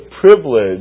privilege